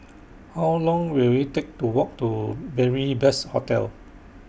How Long Will IT Take to Walk to Beary Best Hostel